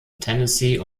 tennessee